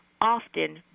often